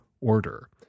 order